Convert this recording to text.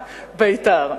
בית"ר.